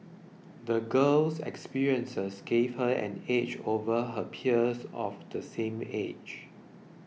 the girl's experiences gave her an edge over her peers of the same age